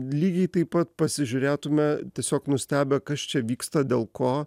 lygiai taip pat pasižiūrėtume tiesiog nustebę kas čia vyksta dėl ko